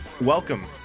Welcome